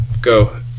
Go